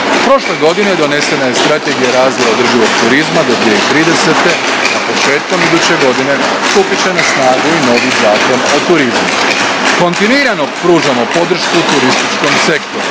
Prošle godine donesena je Strategija razvoja održivog turizma do 2030. godine, a početkom iduće godine stupit će na snagu novi Zakon o turizmu. Kontinuirano pružamo podršku turističkom sektoru.